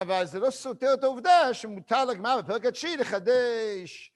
אבל זה לא סותר את העובדה שמותר לגמרא בפרק התשיעי לחדש..